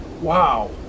Wow